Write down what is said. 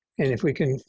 and if we can